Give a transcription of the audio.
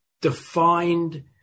defined